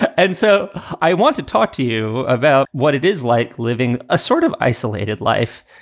and so i want to talk to you about what it is like living a sort of isolated life.